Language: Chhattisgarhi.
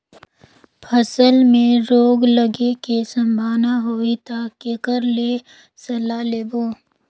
फसल मे रोग लगे के संभावना होही ता के कर ले सलाह लेबो?